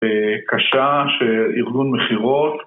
קשה ש... ארגון מכירות,